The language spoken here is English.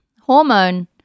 hormone